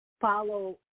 follow